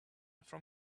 from